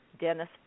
Dennis